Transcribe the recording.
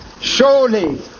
Surely